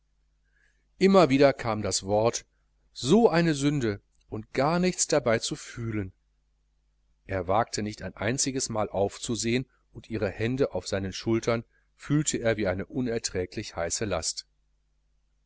immer wieder kam das wort so eine sünde und gar nichts dabei zu fühlen er wagte nicht ein einziges mal aufzusehen und ihre hände auf seinen schultern fühlte er wie eine unerträgliche heiße last